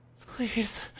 Please